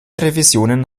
revisionen